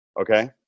okay